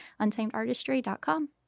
untamedartistry.com